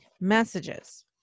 messages